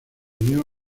unió